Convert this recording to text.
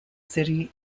city